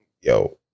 Yo